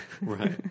Right